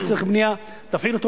לא צריך בנייה תפעיל אותו,